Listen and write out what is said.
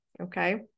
okay